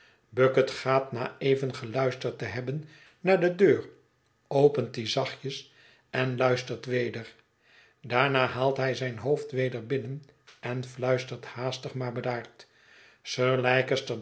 bucket gaat na even geluisterd te hebben naar de deur opent die zachtjes en luistert weder daarna haalt hij zijn hoofd weder binnen en fluistert haastig maar bedaard